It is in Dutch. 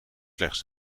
slechts